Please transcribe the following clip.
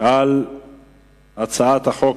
הצעת חוק